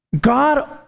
God